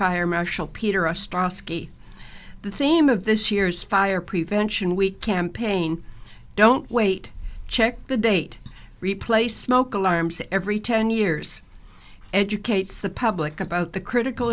fire marshal peter ostrowski the theme of this year's fire prevention week campaign don't wait check the date replace smoke alarms every ten years educates the public about the critical